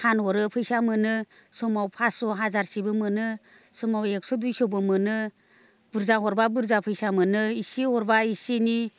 फानहरो फैसा मोनो समाव फासस' हाजारसेबो मोनो समाव एकस' दुइस'बो मोनो बुरजा हरब्ला बुरजा फैसा मोनो इसे हरब्ला इसे इनै